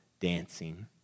dancing